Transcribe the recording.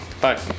bye